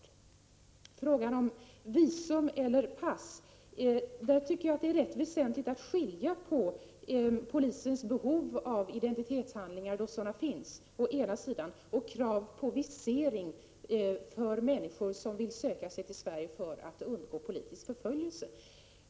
I frågan om visum eller pass tycker jag det är väsentligt att skilja på å ena sidan polisens behov av identitetshandlingar då sådana finns och å andra sidan kravet på visering för människor som vill söka sig till Sverige för att undgå politisk förföljelse.